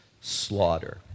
slaughter